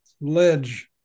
ledge